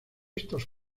estos